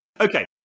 okay